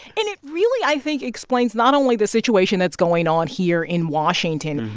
and it really, i think, explains not only the situation that's going on here in washington,